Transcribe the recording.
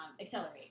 accelerate